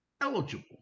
eligible